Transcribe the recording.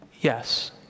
Yes